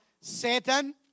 Satan